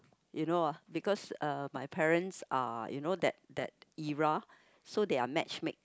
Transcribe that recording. you know ah because uh my parents are you know that that era so they are matchmake